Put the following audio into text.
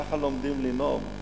ככה לומדים לנאום.